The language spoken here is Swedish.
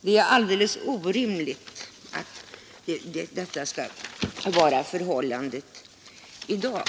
Det är alldeles orimligt att förhållandena skall vara sådana i dag.